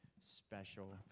special